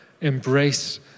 embrace